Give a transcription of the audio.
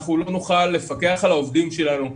אנחנו לא נוכל לפקח על העובדים שלנו.